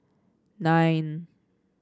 nine